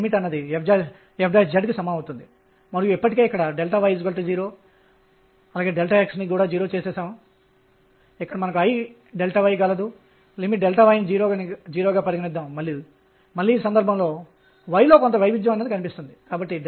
కాబట్టి క్వాంటం నిబంధనలు రెండు క్వాంటం సంఖ్యలు nϕ మరియు nr లను ఇస్తాయి వాటి అర్థం ఏమిటి